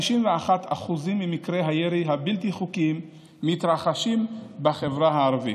91% ממקרי הירי הבלתי-חוקיים מתרחשים בחברה הערבית,